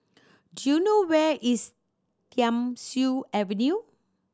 do you know where is Thiam Siew Avenue